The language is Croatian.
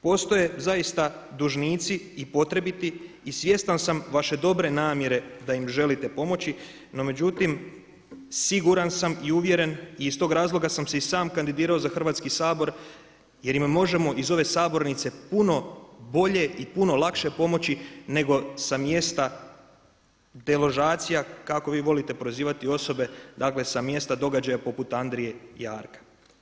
Postoje zaista dužnici i potrebiti i svjestan sam vaše dobre namjere da im želite pomoći no međutim siguran sam i uvjeren i iz tog razloga sam se i sam kandidirao za Hrvatski sabor jer možemo iz ove sabornice puno bolje i puno lakše pomoći nego sa mjesta deložacija kako vi volite prozivati osobe dakle sa mjesta događaja poput Andrije Jarka.